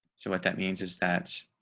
so what that means is that